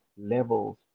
levels